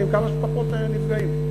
ועם כמה שפחות נפגעים.